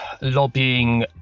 lobbying